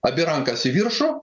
abi rankas į viršų